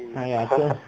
!haiya! 是